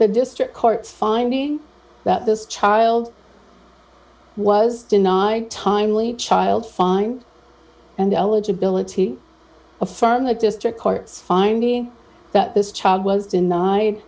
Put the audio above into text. the district court finding that this child was denied timely child fine and eligibility affirm the district court's finding that this child was denied